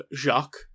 Jacques